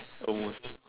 almost